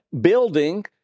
building